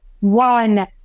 one